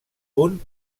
punt